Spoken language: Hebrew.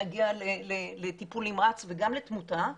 להגיע לטיפול נמרץ וגם לתמותה,